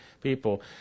people